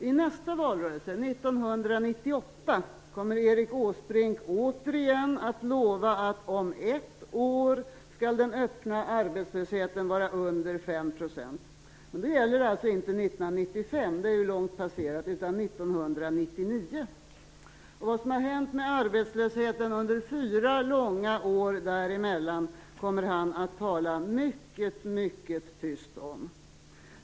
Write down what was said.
I nästa valrörelse, år 1998, kommer Erik Åsbrink återigen att lova att om ett år skall den öppna arbetslösheten vara under 5 %. Men då gäller det alltså inte 1995 - det är ju redan passerat - utan 1999! Vad som har hänt med arbetslösheten under fyra långa år däremellan kommer han att tala mycket, mycket tyst om.